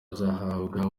azahabwa